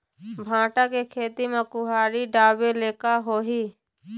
भांटा के खेती म कुहड़ी ढाबे ले का होही?